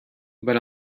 but